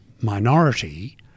minority